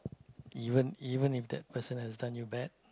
even even if that person has done you bad